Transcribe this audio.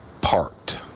parked